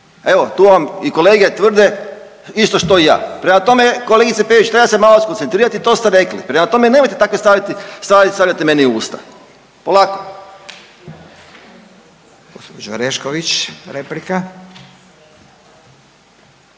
Evo tu vam i kolege tvrde isto što i ja. Prema tome kolegice Peović treba se malo skoncentrirati, to ste rekli. Prema tome nemojte takve staviti, stvari stavljati meni u usta, polako.